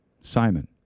Simon